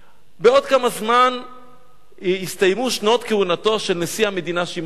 בעוד כמה זמן יסתיימו שנות כהונתו של נשיא המדינה שמעון פרס.